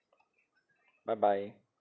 bye bye